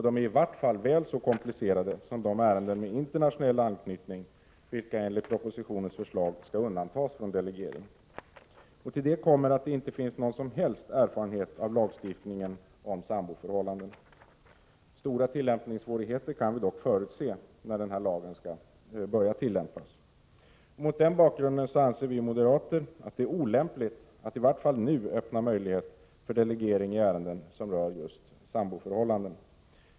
De är i vart fall väl så komplicerade som de ärenden med internationell anknytning som enligt propositionens förslag skall undantas från delegering. Till det kommer att det inte finns någon som helst erfarenhet av lagstiftningen om samboförhållanden. Stora tillämpningssvårigheter kan vi dock förutse när lagen skall börja tillämpas. Mot den bakgrunden anser vi moderater att det är olämpligt att i vart fall nu öppna möjligheter för delegering i ärenden som rör just samboförhållanden.